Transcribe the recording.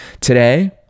today